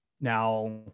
Now